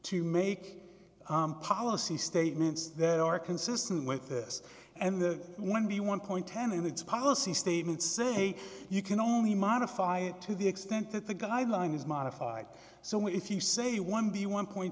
to make policy statements that are consistent with this and the one we want point ten in its policy statement say you can only modify it to the extent that the guideline is modified so if you say one b one point